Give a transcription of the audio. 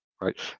right